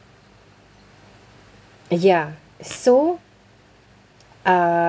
ya so um